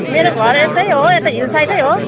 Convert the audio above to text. मेरो घर यतै हो यतै हिल साइडै हो